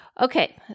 Okay